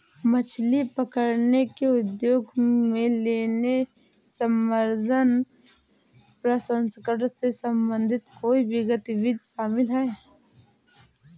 मछली पकड़ने के उद्योग में लेने, संवर्धन, प्रसंस्करण से संबंधित कोई भी गतिविधि शामिल है